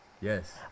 Yes